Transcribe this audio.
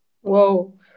Whoa